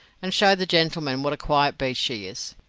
and show the gentleman what a quiet beast she is.